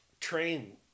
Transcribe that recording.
Train